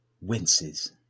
winces